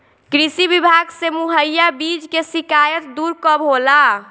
कृषि विभाग से मुहैया बीज के शिकायत दुर कब होला?